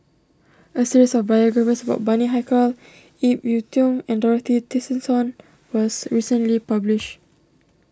a series of biographies about Bani Haykal Ip Yiu Tung and Dorothy Tessensohn was recently published